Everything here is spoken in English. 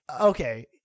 okay